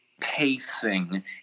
pacing